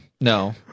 No